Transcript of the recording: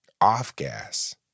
off-gas